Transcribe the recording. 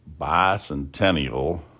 bicentennial